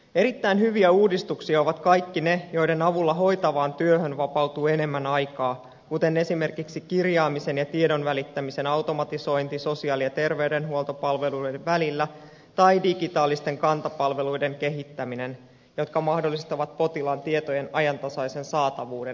erittäin hyviä uudistuksia ovat kaikki ne joiden avulla hoitavaan työhön vapautuu enemmän aikaa kuten esimerkiksi kirjaamisen ja tiedonvälittämisen automatisointi sosiaali ja terveydenhuoltopalveluiden välillä tai digitaalisten kantapalveluiden kehittäminen jotka mahdollistavat potilaan tietojen ajantasaisen saatavuuden hoitotilanteessa